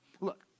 look